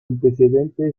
antecedente